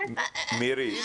10:48) מירי,